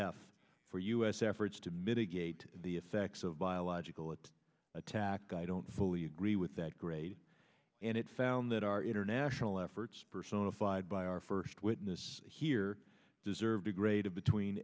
f for u s efforts to mitigate the effects of biological that attack i don't fully agree with that grade and it found that our international efforts personified by our first witness here deserve degraded between